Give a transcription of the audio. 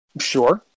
Sure